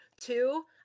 two